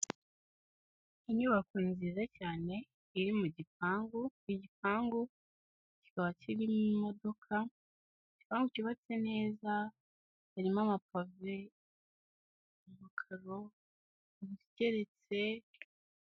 Inyubako nziza cyane iri mu gipangu, igipangu kikaba kirimo imodoka, igipangu cyubatse neza, kirimo amapave, amakaro, inzu igeretse.